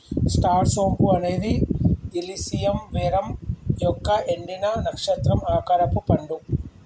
star సోంపు అనేది illicium verum యొక్క ఎండిన, నక్షత్రం ఆకారపు పండు